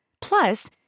Plus